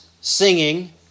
singing